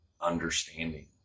understanding